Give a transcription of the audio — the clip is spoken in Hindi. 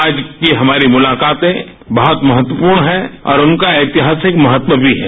आज की हमारी मुलाकातें बहुत महत्वपूर्ण है और उनका ऐतिहासिक महत्व भी है